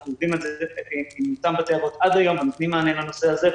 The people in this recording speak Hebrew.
אנחנו עובדים עם אותם בתי אבות עד היום ונותנים מענה לנושא הזה,